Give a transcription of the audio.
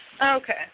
Okay